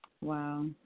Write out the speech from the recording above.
Wow